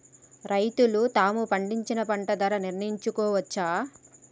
రైతులు తాము పండించిన పంట ధర నిర్ణయించుకోవచ్చా?